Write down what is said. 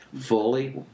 fully